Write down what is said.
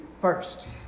first